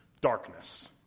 Darkness